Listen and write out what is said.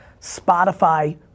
Spotify